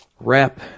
Wrap